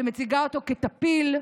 שמציגה אותו כטפיל,